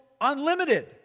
unlimited